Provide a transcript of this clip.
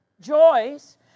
joys